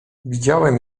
widziałem